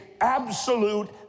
absolute